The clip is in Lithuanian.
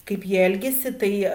kaip jie elgiasi tai